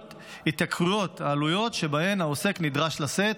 מהתייקרות העלויות שבהן העוסק נדרש לשאת,